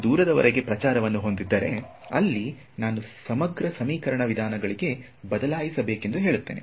ನಾನು ದೂರದವರೆಗೆ ಪ್ರಚಾರವನ್ನು ಹೊಂದಿದ್ದರೆ ಅಲ್ಲಿ ನಾನು ಸಮಗ್ರ ಸಮೀಕರಣ ವಿಧಾನಗಳಿಗೆ ಬದಲಾಯಿಸಬೇಕೆಂದು ಹೇಳುತ್ತೇನೆ